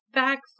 back